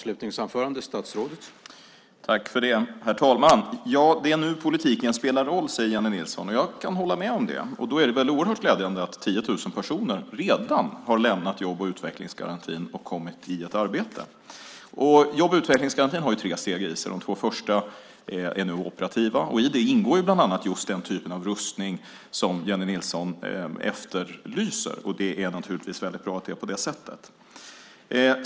Herr talman! Det är nu politiken spelar roll, säger Jennie Nilsson. Jag kan hålla med om det. Då är det väl oerhört glädjande att 10 000 personer redan har lämnat jobb och utvecklingsgarantin och kommit i arbete. Jobb och utvecklingsgarantin har tre steg i sig. De två första är operativa. I detta ingår bland annat just den typ av rustning som Jennie Nilsson efterlyser. Det är naturligtvis väldigt bra att det är på det sättet.